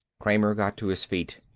kramer got to his feet.